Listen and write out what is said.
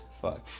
Fuck